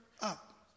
up